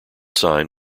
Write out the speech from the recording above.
sign